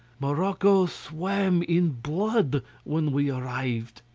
morocco swam in blood when we arrived.